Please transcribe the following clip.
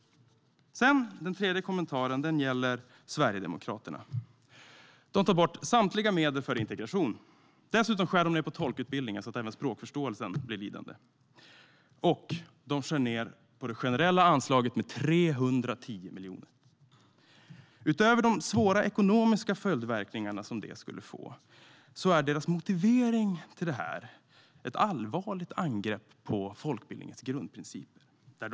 Den tredje kommentaren gäller Sverigedemokraterna. De tar bort samtliga medel för integration. Dessutom skär de ned på tolkutbildningen så att även språkförståelsen blir lidande. De skär ned på det generella anslaget med 310 miljoner. Utöver de svåra ekonomiska följdverkningar som detta skulle få är deras motivering till det ett allvarligt angrepp på folkbildningens grundprinciper.